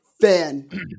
fan